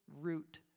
root